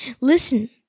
Listen